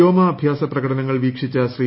വ്യോമാ അഭ്യാസ പ്രകടനങ്ങൾ വീക്ഷിച്ച ശ്രീ